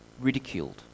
ridiculed